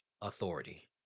authority